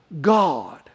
God